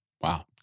Wow